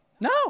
No